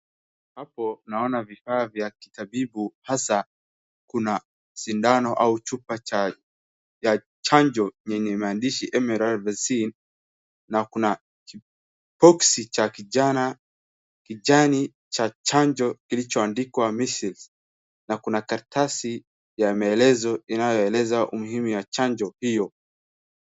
Hapo naona vifaa vya kitabibu hasa kuna sindano au chupa ya chanjo yenye maandishi MMR Vaccine na kuna kiboksi cha kijani cha chanjo kilichoandikwa Measles na kuna karatasi ya maelezo inayoeleza umuhimu wa chanjo hiyo.